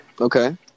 Okay